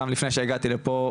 גם לפני שהגעתי לפה,